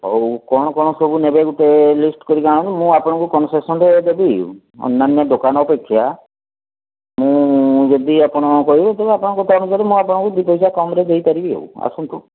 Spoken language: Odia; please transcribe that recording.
ହୋଉ କ'ଣକ'ଣ ସବୁ ନେବେ ଗୋଟେ ଲିଷ୍ଟ କରିକି ଆଣନ୍ତୁ ମୁଁ ଆପଣଙ୍କୁ କନସେନସନରେ ଦେବି ଅନାନ୍ୟା ଦୋକାନ ଅପେକ୍ଷା ମୁଁ ଯଦି ଆପଣ କହିବେ ତେବେ ଆପଣଙ୍କ କଥା ଅନୁସାରେ ମୁଁ ଆପଣଙ୍କୁ ଦି ପଇସା କମରେ ଦେଇପାରିବି ଆଉ ଆସନ୍ତୁ